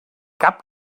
cap